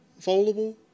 foldable